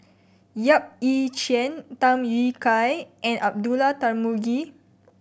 Yap Ee Chian Tham Yui Kai and Abdullah Tarmugi